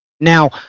Now